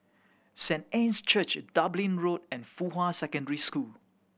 Saint Anne's Church Dublin Road and Fuhua Secondary School